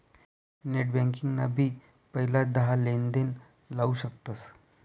net banking ना भी पहिला दहा लेनदेण लाऊ शकतस